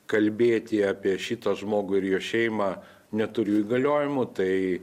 kalbėti apie šitą žmogų ir jo šeimą neturiu įgaliojimų tai